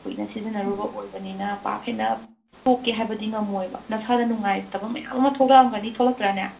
ꯀꯨꯏꯅ ꯁꯤꯖꯤꯟꯅꯔꯨꯕ ꯑꯣꯏꯕꯅꯤꯅ ꯄꯥꯛ ꯍꯦꯟꯅ ꯇꯣꯛꯀꯦ ꯍꯥꯏꯕꯗꯤ ꯉꯝꯂꯣꯏꯕ ꯅꯁꯥꯗ ꯅꯨꯡꯉꯥꯏꯇꯕ ꯃꯌꯥꯝ ꯑꯃ ꯊꯣꯛꯂꯝꯒꯅꯤ ꯊꯣꯛꯂꯛꯇ꯭ꯔꯅꯦ